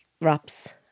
wraps